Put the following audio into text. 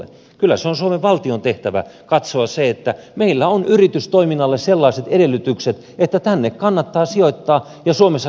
kyllä se on suomen valtion tehtävä katsoa se että meillä on yritystoiminnalle sellaiset edellytykset että tänne kannattaa sijoittaa ja suomessa kannatta tuottaa